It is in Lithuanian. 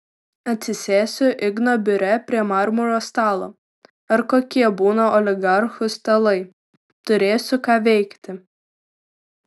atsisėsiu igno biure prie marmuro stalo ar kokie būna oligarchų stalai turėsiu ką veikti